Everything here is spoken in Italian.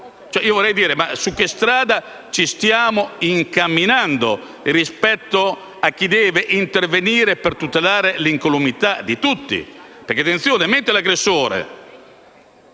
la tortura? Su quale strada ci stiamo incamminando rispetto a chi deve intervenire per tutelare l'incolumità di tutti? Attenzione, mentre l'aggressore